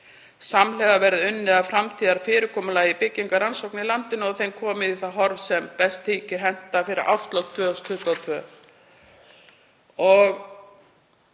Samhliða verði unnið að framtíðarfyrirkomulagi byggingarrannsókna í landinu og þeim komið í það horf sem best þykir henta fyrir árslok 2022.“